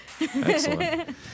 Excellent